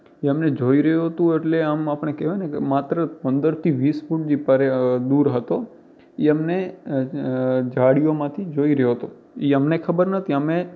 એ અમને જોઈ રહ્યું હતું એટલે આમ આપણે કહેવાય ને કે માત્ર પંદરથી વીસ ફૂટ જ પરે દૂર હતો એ અમને ઝાડીઓમાંથી જોઈ રહ્યો હતો એ અમને ખબર ન હતી અમે